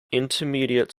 intermediate